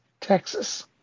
Texas